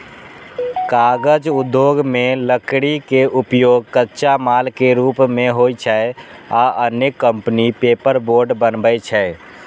कागज उद्योग मे लकड़ी के उपयोग कच्चा माल के रूप मे होइ छै आ अनेक कंपनी पेपरबोर्ड बनबै छै